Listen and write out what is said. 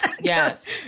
Yes